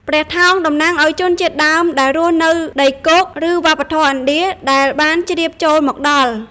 ព្រះថោង តំណាងឲ្យជនជាតិដើមដែលរស់នៅដីគោក ឬវប្បធម៌ឥណ្ឌាដែលបានជ្រាបចូលមកដល់។